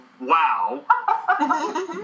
wow